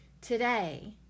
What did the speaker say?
today